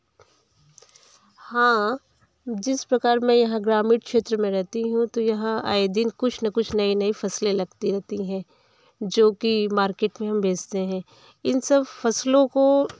हाँ जिस प्रकार में यह ग्रामीण क्षेत्र में रेहती हूँ तो यहाँ आए दिन कुछ न कुछ नई नई फ़सलें लगती रहती है जो कि मार्केट में हम बेचते हैं इन सब फ़सलों को